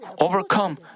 overcome